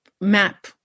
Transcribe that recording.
map